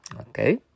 Okay